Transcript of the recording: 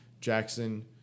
Jackson